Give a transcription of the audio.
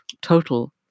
total